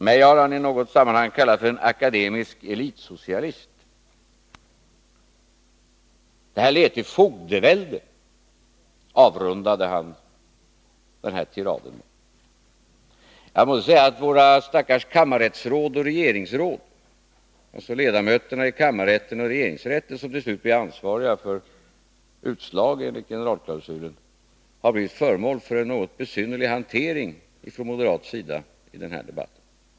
Mig har Ulf Adelsohn i något sammanhang kallat för en akademisk elitsocialist. Det här leder till fogdevälde, avrundade han den här tiraden. Jag måste säga att våra stackars kammarrättsråd och regeringsrättsråd, dvs. ledamöterna av kammarrätten och regeringsrätten, som till slut blir ansvariga för utslag enligt generalklausulen, har blivit föremål för en något besynnerlig hantering från moderat sida i den här debatten.